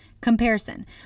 comparison